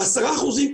העשרה אחוזים,